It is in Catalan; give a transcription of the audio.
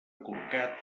corcat